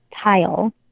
tile